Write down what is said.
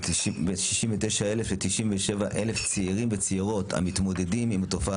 כ-69,000 ל-97,000 צעירים וצעירות שמתמודדים עם תופעה